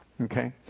okay